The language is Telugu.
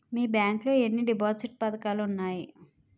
మీ బ్యాంక్ లో ఎన్ని డిపాజిట్ పథకాలు ఉన్నాయి?